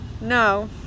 no